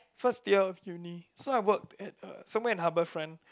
first year of uni so I worked at uh somewhere in Harbourfront